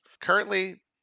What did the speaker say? Currently